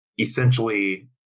essentially